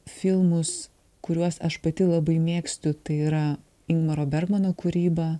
filmus kuriuos aš pati labai mėgstu tai yra ingmaro bergmano kūryba